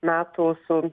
metų su